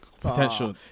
Potential